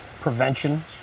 prevention